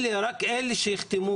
שרק אלה יחתמו.